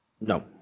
No